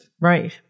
Right